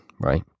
right